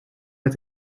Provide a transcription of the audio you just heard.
met